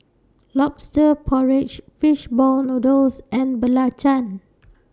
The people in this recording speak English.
Lobster Porridge Fish Ball Noodles and Belacan